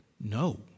No